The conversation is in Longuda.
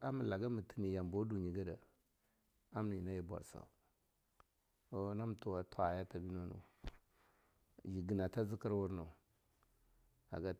ama laga mateh na yanmbawa dunyi gadeh amna nyina yenbwarso, toh nam tuwa kam twaye ta binanoh yiginata zikirwur nuh hage.